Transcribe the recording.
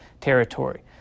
territory